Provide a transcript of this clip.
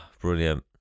brilliant